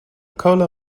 cola